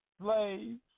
slaves